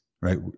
Right